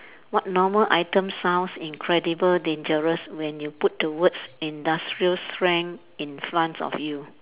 what normal item sounds incredible dangerous when you put the words industrial strength in front of you